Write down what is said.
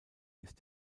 ist